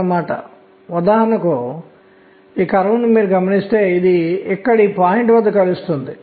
మన పరమాణు నిర్మాణంపై దాని ప్రభావం ఏమిటో చూద్దాం